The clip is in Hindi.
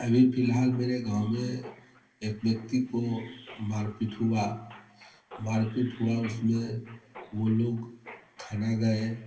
अभी फिलहाल मेरे गाँव में एक व्यक्ति को मारपीट हुआ मारपीट हुआ उसमें वो लोग थाना गए